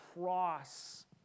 cross